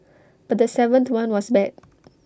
but the seventh one was bad